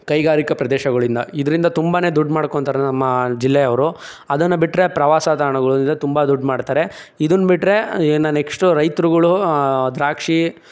ಕೈಗಾರಿಕಾ ಪ್ರದೇಶಗಳಿಂದ ಇದರಿಂದ ತುಂಬನೇ ದುಡ್ಡು ಮಾಡ್ಕೋತಾರೆ ನಮ್ಮ ಜಿಲ್ಲೆಯವರು ಅದನ್ನು ಬಿಟ್ಟರೆ ಪ್ರವಾಸ ತಾಣಗಳಿಂದ ತುಂಬ ದುಡ್ಡು ಮಾಡ್ತಾರೆ ಇದನ್ನ ಬಿಟ್ಟರೆ ಇನ್ನು ನೆಕ್ಸ್ಟು ರೈತರುಗಳು ದ್ರಾಕ್ಷಿ